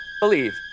believe